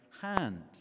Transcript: hand